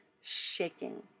shaking